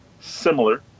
similar